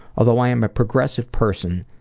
although i am a progressive person,